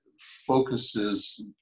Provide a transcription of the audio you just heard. focuses